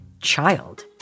child